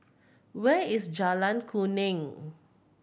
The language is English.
where is Jalan Kuning